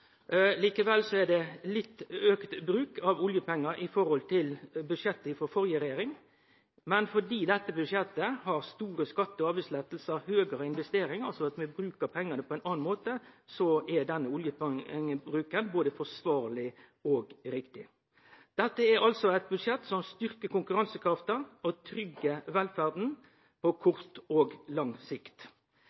Likevel er det litt økt bruk av oljepengar i forhold til budsjettet frå førre regjering, men fordi dette budsjettet har store skatte- og avgiftslettar og høgare investeringar – altså at vi brukar pengane på ein anna måte – er den oljepengebruken både forsvarleg og riktig. Dette er altså eit budsjett som styrkjer konkurransekrafta og tryggjer velferda på kort og lang sikt.